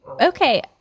okay